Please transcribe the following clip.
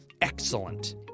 Excellent